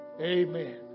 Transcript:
Amen